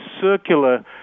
circular